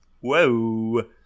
Whoa